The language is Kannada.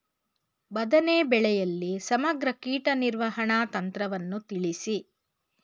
ಬದನೆ ಬೆಳೆಯಲ್ಲಿ ಸಮಗ್ರ ಕೀಟ ನಿರ್ವಹಣಾ ತಂತ್ರವನ್ನು ತಿಳಿಸಿ?